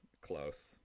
close